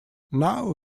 now